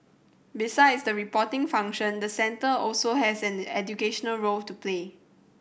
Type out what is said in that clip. besides the reporting function the centre also has an educational role to play